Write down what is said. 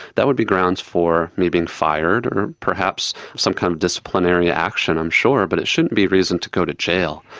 that would be grounds for me being fired or perhaps some kind of disciplinary action i'm sure, but it shouldn't be a reason to go to jail,